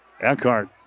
Eckhart